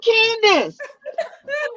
Candace